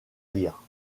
lire